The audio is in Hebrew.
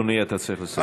אדוני, אתה צריך לסיים.